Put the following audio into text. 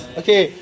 okay